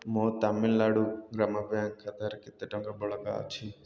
ମୋ ତାମିଲନାଡ଼ୁ ଗ୍ରାମ ବ୍ୟାଙ୍କ ଖାତାରେ କେତେ ଟଙ୍କା ବଳକା ଅଛି